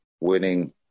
winning